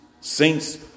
Saints